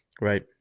Right